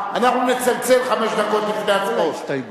אנחנו נצלצל חמש דקות לפני ההצבעות.